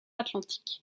atlantique